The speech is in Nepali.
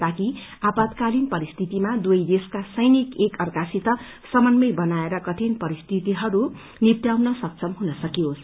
ताकि आपतकालीन परिस्थितिमा दुवै देशका सैनिक एक अर्कासित समन्वय बनाएर परिस्थितिहरू निप्टयाउन सक्षम हुनसकियोस्